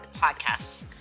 podcasts